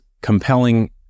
compelling